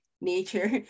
nature